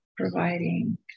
providing